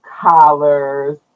collars